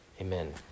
Amen